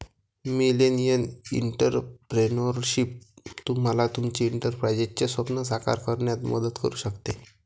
millennial entrepreneurship तुम्हाला तुमचे एंटरप्राइझचे स्वप्न साकार करण्यात मदत करू शकते